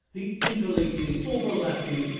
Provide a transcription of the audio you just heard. the interlacing, overlapping,